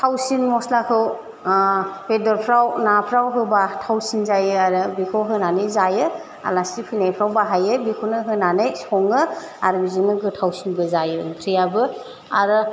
बे थावसिन मस्लाखौ बेदरफ्राव नाफ्राव होबा थावसिन जायो आरो बेखौ होनानै जायो आलासि फैनायफ्राव बाहायो बेखौनो होनानै सङो आरो बिदिनो गोथावसिनबो जायो ओंख्रियाबो आरो